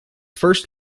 first